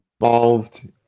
involved